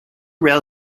rail